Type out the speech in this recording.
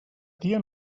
tia